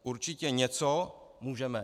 Určitě něco můžeme.